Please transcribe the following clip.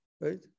right